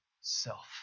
self